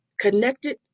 connected